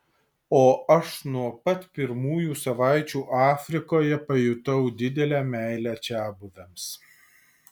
o aš nuo pat pirmųjų savaičių afrikoje pajutau didelę meilę čiabuviams